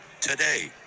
today